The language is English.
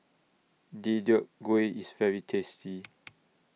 Deodeok Gui IS very tasty